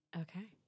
Okay